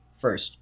first